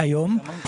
היום.